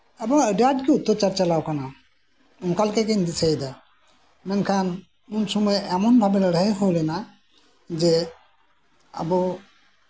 ᱮᱵᱚᱝ ᱟᱹᱰᱤ ᱟᱸᱴᱜᱮ ᱚᱛᱛᱟᱪᱟᱨ ᱪᱟᱞᱟᱣ ᱠᱟᱱᱟ ᱚᱱᱠᱟ ᱞᱮᱠᱟ ᱜᱤᱧ ᱫᱤᱥᱟᱹᱭᱮᱫᱟ ᱢᱮᱱᱠᱷᱟᱱ ᱩᱱ ᱥᱚᱢᱚᱭ ᱮᱢᱚᱱ ᱵᱷᱟᱵᱮ ᱞᱟᱹᱲᱦᱟᱹᱭ ᱦᱩᱭ ᱞᱮᱱᱟ ᱡᱮ ᱟᱵᱚ